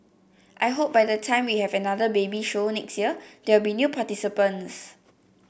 I hope by the time we have another baby show next year there will be new participants